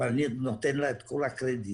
ואני נותן לה את כל הקרדיט